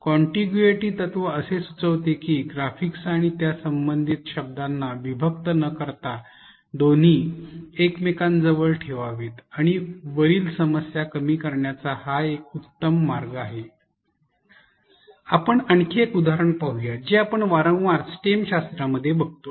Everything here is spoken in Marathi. कॉन्टिग्युएटी तत्त्व असे सुचविते की ग्राफिक्स आणि त्या संबंधित शब्दांना विभक्त न करता दोन्ही एकमेकांजवळ ठेवावेत आणि वरील समस्या कमी करण्याचा हा एक उत्तम मार्ग आहे आपण आणखी एक उदाहरण पाहू या जे आपण वारंवार स्टेम शास्त्रामध्ये बघतो